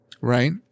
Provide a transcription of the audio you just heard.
Right